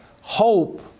hope